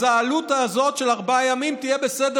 אז העלות הזאת של ארבעה ימים תהיה בסדר